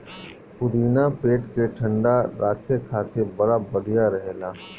पुदीना पेट के ठंडा राखे खातिर बड़ा बढ़िया रहेला